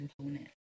component